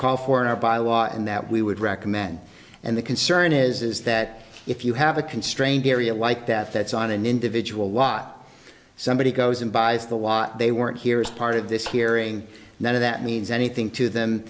called for now by law and that we would recommend and the concern is that if you have a constrained area like that that's on an individual lot somebody goes and buys the watch they weren't here is part of this hearing none of that means anything to them